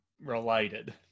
related